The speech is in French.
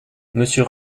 monsieur